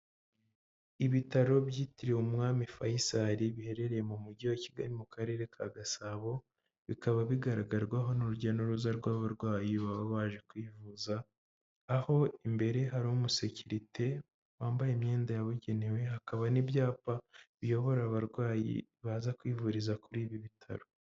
Ibitaro byitiriwe Umwami Fayisali, biherereye mu Mujyi wa Kigali mu Karere ka Gasabo, bikaba bigaragarwaho n'urujya n'uruza rw'abarwayi baba baje kwivuza, aho imbere hari umusekirite wambaye imyenda yabugenewe, hakaba n'ibyapa biyobora abarwayi baza kwivuriza kuri ibi bitaro.